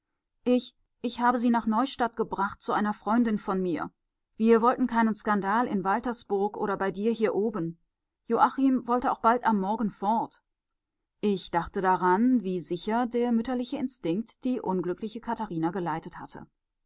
ich ich habe sie nach neustadt gebracht zu einer freundin von mir wir wollten keinen skandal in waltersburg oder bei dir hier oben joachim wollte auch bald am morgen fort ich dachte daran wie sicher der mütterliche instinkt die unglückliche katharina geleitet hatte